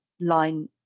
line